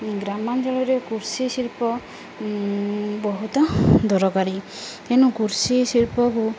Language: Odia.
ଗ୍ରାମାଞ୍ଚଳରେ କୃଷି ଶିଳ୍ପ ବହୁତ ଦରକାରୀ ତେଣୁ କୃଷି ଶିଳ୍ପକୁ